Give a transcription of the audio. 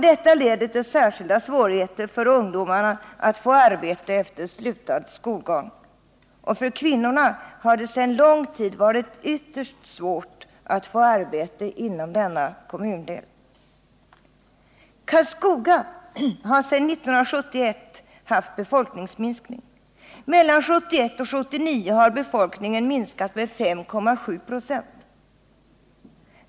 Detta leder till särskilda svårigheter för ungdomarna att få arbete efter slutad skolgång. För kvinnorna har det sedan lång tid tillbaka varit ytterst svårt att få arbete inom denna kommundel. Karlskoga har sedan 1971 haft befolkningsminskning. Mellan 1971 och 1979 har befolkningen minskat med 5,7 26.